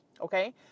Okay